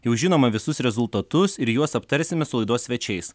jau žinoma visus rezultatus ir juos aptarsime su laidos svečiais